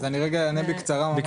אז אני רגע אענה לך בקצרה ממש.